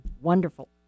wonderful